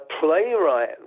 playwright